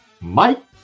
Mike